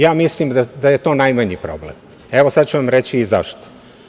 Ja mislim da je to najmanji problem, evo sada ću vam reći i zašto.